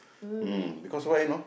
mm because why you know